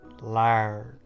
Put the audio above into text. Large